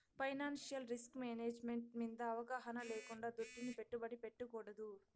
financial risk management మింద అవగాహన లేకుండా దుడ్డుని పెట్టుబడి పెట్టకూడదు